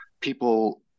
people